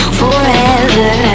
forever